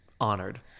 honored